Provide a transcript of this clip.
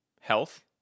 health